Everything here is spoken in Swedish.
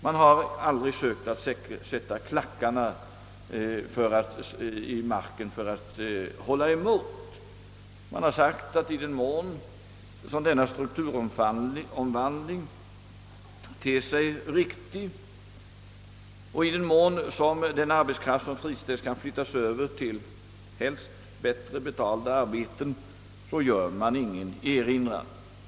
Man har aldrig försökt så att säga sätta klackarna i marken för att spjärna emot utvecklingen. Man har sagt att i den mån denna strukturomvandling ter sig riktig och den arbetskraft som friställes kan flyttas över till helst bättre betalda arbeten har man ingen erinran att göra.